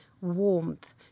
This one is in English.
warmth